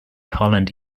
holland